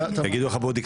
מערכת